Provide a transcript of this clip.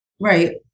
Right